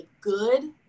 good